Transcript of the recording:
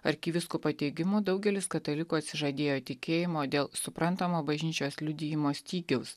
arkivyskupo teigimu daugelis katalikų atsižadėjo tikėjimo dėl suprantamo bažnyčios liudijimo stygiaus